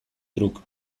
truk